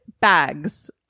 bags